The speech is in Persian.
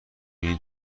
این